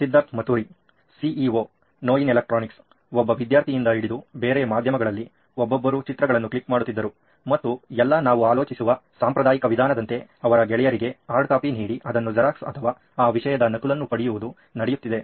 Siddharth Maturi CEO ನೋಯಿನ್ electronics ಒಬ್ಬ ವಿದ್ಯಾರ್ಥಿಯಿಂದ ಹಿಡಿದು ಬೇರೆ ಮಾಧ್ಯಮಗಳಲ್ಲಿ ಒಬ್ಬೊಬ್ಬರು ಚಿತ್ರಗಳನ್ನು ಕ್ಲಿಕ್ ಮಾಡುತ್ತಿದ್ದರು ಮತ್ತು ಎಲ್ಲಾ ನಾವು ಆಲೋಚಿಸುವ ಸಾಂಪ್ರದಾಯಿಕ ವಿಧಾನದಂತೆ ಅವರ ಗೆಳೆಯರಿಗೆ ಹಾರ್ಡ್ಕೋಪಿ ನೀಡಿ ಅದನ್ನು ಜೆರಾಕ್ಸ್ ಅಥವಾ ಆ ವಿಷಯದ ನಕಲನ್ನು ಪಡೆಯುವುದು ನಡೆಯುತ್ತಿದೆ